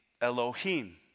Elohim